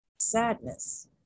sadness